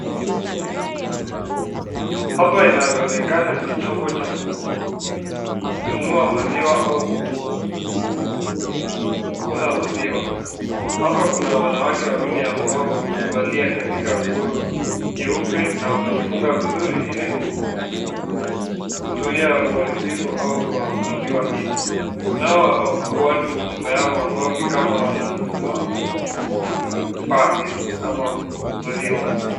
Hapo inavyoonekana ni chombo cha kununua maziwa au kuuza maziwa, hapo kuna wananwake wawili ambao wamevalia katika nguo jeupe na wamejifunga vizuri ili kuzuia uharibifu au wa maziwa hii, kunao watu nyuma yao ambao ni kama wananunua vifaa hizi ama maziwa.